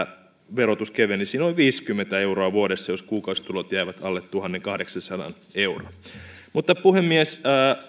verotus kevenisi noin viisikymmentä euroa vuodessa jos kuukausitulot jäävät alle tuhannenkahdeksansadan euron puhemies